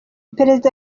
perezida